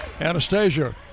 Anastasia